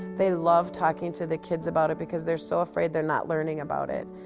they loved talking to the kids about it because they're so afraid they're not learning about it,